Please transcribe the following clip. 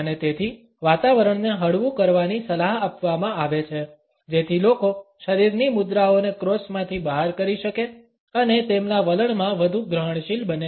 અને તેથી વાતાવરણને હળવું કરવાની સલાહ આપવામાં આવે છે જેથી લોકો શરીરની મુદ્રાઓને ક્રોસમાંથી બહાર કરી શકે અને તેમના વલણમાં વધુ ગ્રહણશીલ બને